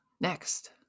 next